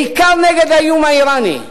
בעיקר נגד האיום האירני,